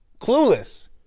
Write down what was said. clueless